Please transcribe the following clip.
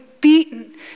beaten